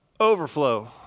overflow